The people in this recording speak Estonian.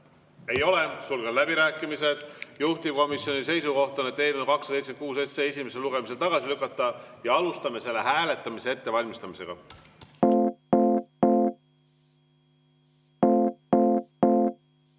ei ole. Sulgen läbirääkimised. Juhtivkomisjoni seisukoht on, et eelnõu 276 tuleks esimesel lugemisel tagasi lükata. Alustame selle hääletamise ettevalmistamist.